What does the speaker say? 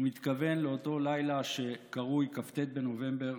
הוא מתכוון לאותו לילה שקרוי כ"ט בנובמבר,